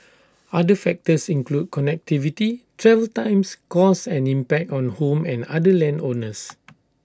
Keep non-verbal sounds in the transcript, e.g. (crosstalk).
other factors include connectivity travel times costs and impact on home and other land owners (noise)